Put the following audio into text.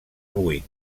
buit